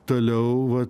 toliau va